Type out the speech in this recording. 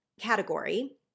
category